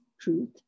truth